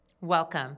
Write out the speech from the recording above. Welcome